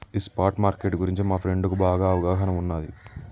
ఈ spot market గురించి మా ఫ్రెండుకి బాగా అవగాహన ఉన్నాది